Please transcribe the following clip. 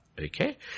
Okay